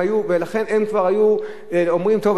ולכן היו אומרים: טוב,